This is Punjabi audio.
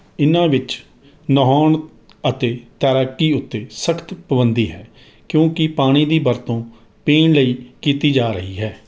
ਇਨ੍ਹਾਂ ਵਿੱਚ ਨਹਾਉਣ ਅਤੇ ਤੈਰਾਕੀ ਉੱਤੇ ਸਖ਼ਤ ਪਾਬੰਦੀ ਹੈ ਕਿਉਂਕਿ ਪਾਣੀ ਦੀ ਵਰਤੋਂ ਪੀਣ ਲਈ ਕੀਤੀ ਜਾ ਰਹੀ ਹੈ